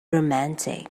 romantic